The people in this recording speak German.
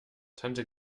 tante